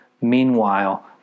Meanwhile